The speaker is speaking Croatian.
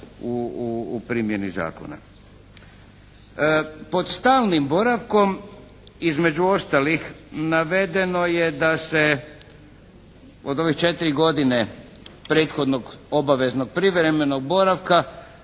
u primjeni zakona.